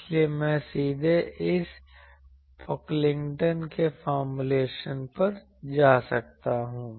इसलिए मैं सीधे इस पोकलिंगटन के फॉर्मूलेशन पर जा सकता हूं